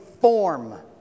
form